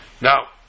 now